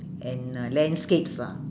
and uh landscapes lah